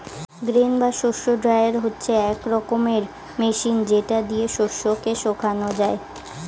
grain বা শস্য dryer হচ্ছে এক রকমের মেশিন যেটা দিয়ে শস্য কে শোকানো যায়